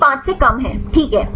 यह 5 से कम है ठीक है